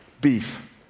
beef